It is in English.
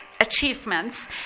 achievements